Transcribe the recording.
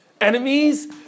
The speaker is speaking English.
Enemies